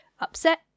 upset